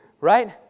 right